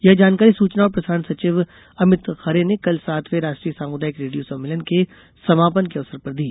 यह जानकारी सूचना और प्रसारण सचिव अमित खरे ने कल सातवें राष्ट्रीय सामुदायिक रेडियो सम्मेलन के समापन के अवसर पर दी